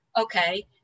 Okay